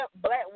black